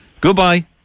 Goodbye